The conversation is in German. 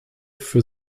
für